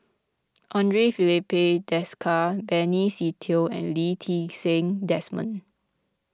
andre Filipe Desker Benny Se Teo and Lee Ti Seng Desmond